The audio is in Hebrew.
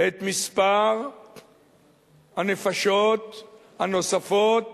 את מספר הנפשות הנוספות